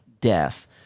death